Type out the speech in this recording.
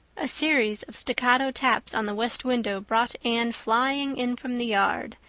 a series of staccato taps on the west window brought anne flying in from the yard,